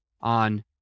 on